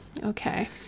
Okay